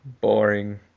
Boring